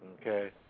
Okay